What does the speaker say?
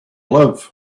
live